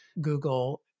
Google